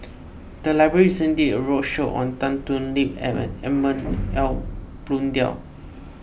the library recently did a roadshow on Tan Thoon Lip and Edmund Blundell